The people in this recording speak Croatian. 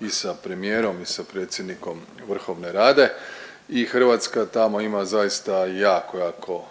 i sa premijerom i sa predsjednikom vrhovne Rade. I Hrvatska tamo ima zaista jako, jako